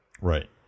Right